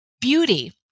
beauty